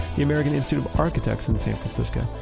the american institute of architects in san francisco,